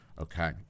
Okay